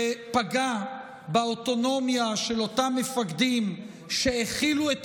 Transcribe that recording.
ופגע באוטונומיה של אותם מפקדים שהכילו את